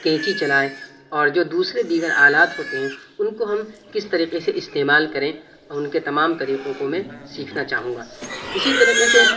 قینچی چلائیں اور جو دوسرے دیگر آلات ہوتے ہیں ان کو ہم کس طریقے سے استعمال کریں ان کے تمام طریقوں کو میں سیکھنا چاہوں گا اسی طریقے سے